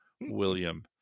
William